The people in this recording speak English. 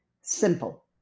Simple